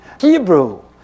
Hebrew